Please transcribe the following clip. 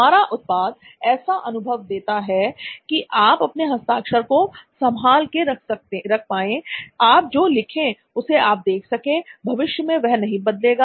हमारा उत्पाद ऐसा अनुभव देता है कि आप अपने हस्ताक्षर को संभाल कर रख पाए आप जो लिखे उसे आप देख सके भविष्य में वह नहीं बदलेगा